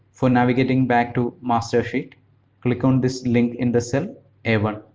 for navigating back to master sheet click on this link in the cell a one.